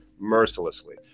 Mercilessly